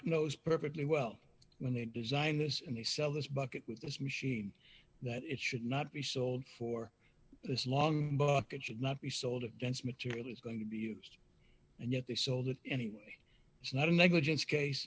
knows perfectly well when they design this and they sell this bucket with this machine that it should not be sold for this long should not be sold of dense material is going to be used and yet they sold it anyway it's not a negligence case